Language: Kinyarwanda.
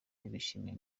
ntibishimiye